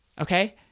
Okay